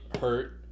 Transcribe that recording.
hurt